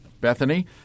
Bethany